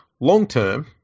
long-term